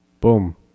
Boom